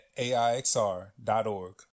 AIXR.org